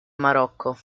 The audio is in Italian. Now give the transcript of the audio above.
marocco